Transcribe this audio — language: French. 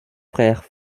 frères